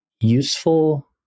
useful